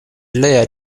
lia